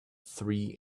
three